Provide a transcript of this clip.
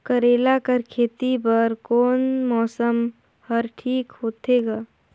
करेला कर खेती बर कोन मौसम हर ठीक होथे ग?